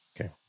Okay